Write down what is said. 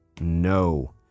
no